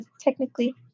technically